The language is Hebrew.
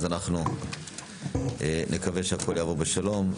אז אנחנו נקווה שהכל יעבור בשלום.